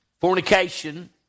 fornication